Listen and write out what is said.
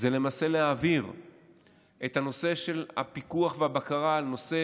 למעשה להעביר את הנושא של הפיקוח והבקרה על כל